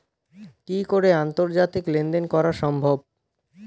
কি করে আন্তর্জাতিক লেনদেন করা সম্ভব?